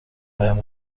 بهم